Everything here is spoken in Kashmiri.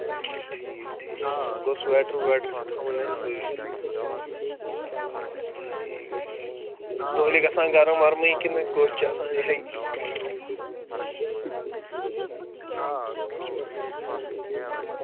اچھا ٹھیٖک ٹھیٖک گوٚو سِویٹَر وِویٹَر چھِ تھاوٕنۍ حظ سۭتۍ آ ٹھیٖک ٹھیٖک دۄہلہِ گژھان گرم وَرمٕے کِنہٕ دۄہلہِ چھِ آسان یِہوٚے